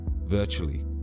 virtually